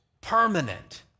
permanent